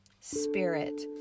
Spirit